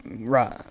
right